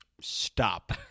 stop